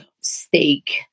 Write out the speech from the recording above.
steak